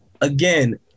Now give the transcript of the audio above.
again